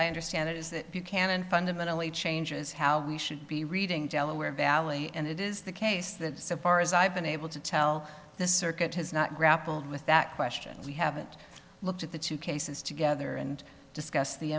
i understand it is that you can and fundamentally changes how we should be reading delaware valley and it is the case that so far as i've been able to tell this circuit has not grappled with that question we haven't looked at the two cases together and discuss the